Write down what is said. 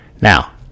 Now